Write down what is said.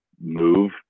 move